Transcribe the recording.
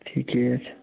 ठीके छै